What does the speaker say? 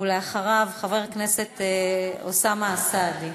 אחריו, חבר הכנסת אוסאמה סעדי.